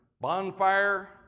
bonfire